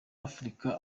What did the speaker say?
africa